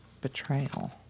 Betrayal